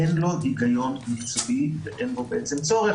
אין לו היגיון מקצועי ואין בו צורך,